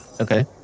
Okay